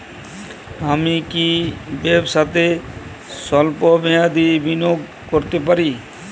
আমি কি ব্যবসাতে স্বল্প মেয়াদি বিনিয়োগ করতে পারি?